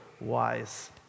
wise